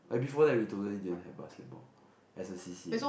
like before that we totally didn't have basketball as a C_C_A